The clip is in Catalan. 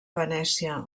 venècia